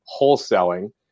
wholesaling